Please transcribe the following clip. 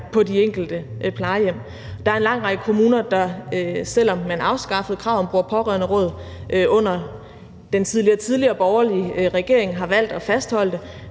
på de enkelte plejehjem, dels er der en lang række kommuner, der – selv om man har afskaffet kravet om bruger- og pårørenderåd under den tidligere-tidligere borgerlige regering – har valgt at fastholde det.